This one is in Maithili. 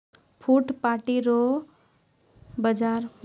फुटपाटी बाजार रो कारण जेनाय एनाय बाधित रहै छै